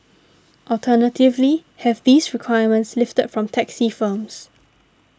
alternatively have these requirements lifted from taxi firms